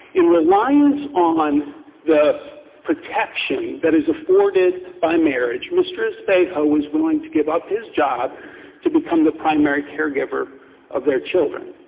in reliance on the protection that is afforded by marriage, mr. espejo was willing to give up his job to give the primary caregiver of their children.